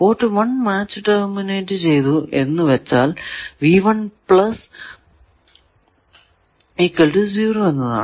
port 1 match terminate ചെയ്തു എന്ന് വച്ചാൽ എന്നതാണ്